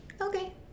Okay